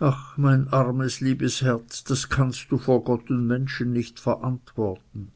ach mein armes liebes herz das kannst du vor gott und menschen nicht verantworten